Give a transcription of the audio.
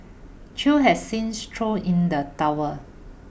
chew has since thrown in the towel